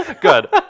Good